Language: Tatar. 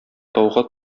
тауга